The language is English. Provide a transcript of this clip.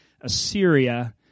Assyria